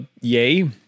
yay